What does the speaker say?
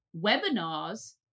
webinars